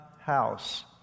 house